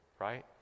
right